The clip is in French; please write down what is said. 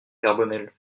carbonel